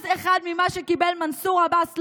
1% ממה שקיבל מנסור עבאס,